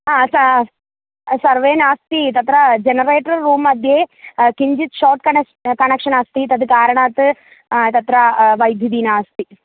हा सा सर्वे नास्ति तत्र जनरेटर् रूम् मध्ये किञ्चित् शार्ट् कने कनेक्षन् अस्ति तद् कारणात् तत्र विद्युत् नास्ति